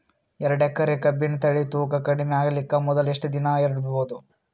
ಎರಡೇಕರಿ ಕಬ್ಬಿನ್ ಬೆಳಿ ತೂಕ ಕಡಿಮೆ ಆಗಲಿಕ ಮೊದಲು ಎಷ್ಟ ದಿನ ಇಡಬಹುದು?